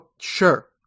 sure